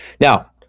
Now